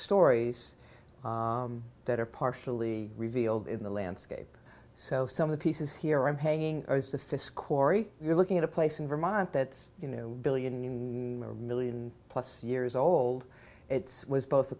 stories that are partially revealed in the landscape so some of the pieces here i'm paying the fisc henri you're looking at a place in vermont that you know billion new million plus years old it's was both